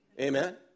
Amen